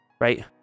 Right